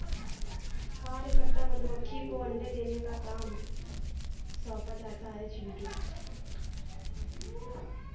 कार्यकर्ता मधुमक्खी को अंडे देने का काम सौंपा जाता है चिंटू